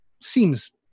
seems